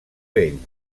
vell